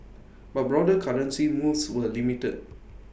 but broader currency moves were limited